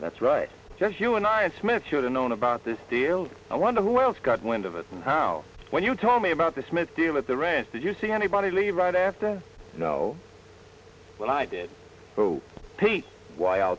that's right just you and i and smith should have known about this deal i wonder who else got wind of it and how when you told me about the smith deal at the ranch did you see anybody leave right after you know when i did so pete wh